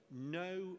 no